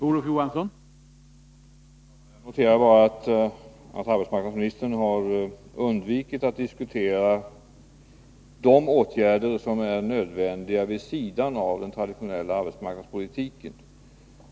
Herr talman! Jag noterar bara att arbetsmarknadsministern har undvikit att diskutera de åtgärder som är nödvändiga vid sidan av den traditionella arbetsmarknadspolitiken.